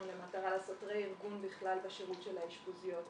למטרה לעשות רה-ארגון בכלל בשירות של האשפוזיות.